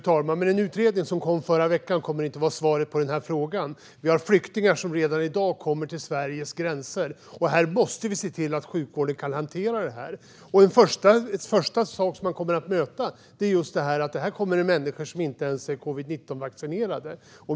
Fru talman! Den utredning som kom i förra veckan kommer inte att vara svaret på den här frågan. Vi har flyktingar som redan i dag kommer till Sveriges gränser. Vi måste se till att sjukvården kan hantera det här. En första sak som man kommer att möta är att det kommer människor som inte ens är covid-19-vaccinerade.